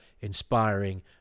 inspiring